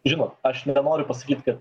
žinot aš nenoriu pasakyt kad